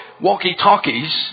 Walkie-talkies